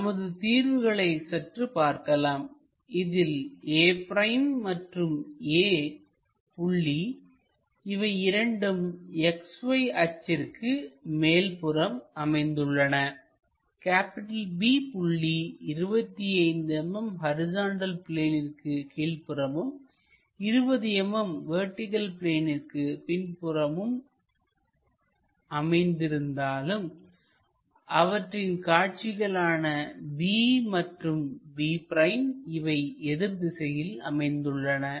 நமது தீர்வுகளை சற்று பார்க்கலாம் இதில் a'மற்றும் a புள்ளி இவை இரண்டும் XY அச்சிற்கு மேல்புறம் அமைந்துள்ளன B புள்ளி 25 mm ஹரிசாண்டல் பிளேனிற்கு கீழ்ப்புறமும் 20 mm வெர்டிகள் பிளேனிற்கு பின்புறமும் அமைந்திருந்தாலும் அவற்றின் காட்சிகளான b மற்றும் b' இவை எதிர் திசையில் அமைந்துள்ளன